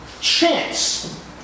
chance